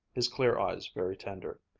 his clear eyes very tender.